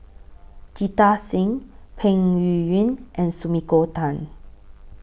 Jita Singh Peng Yuyun and Sumiko Tan